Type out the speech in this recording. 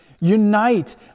unite